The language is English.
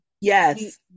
Yes